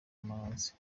mazi